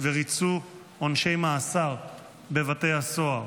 וריצו עונשי מאסר בבתי הסוהר.